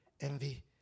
envy